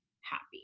happy